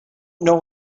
know